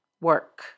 work